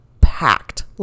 packed